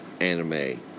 anime